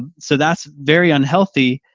ah so that's very unhealthy.